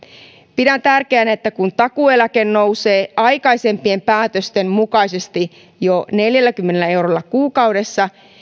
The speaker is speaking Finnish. pidän tärkeänä että kun takuueläke nousee aikaisempien päätösten mukaisesti jo neljälläkymmenellä eurolla kuukaudessa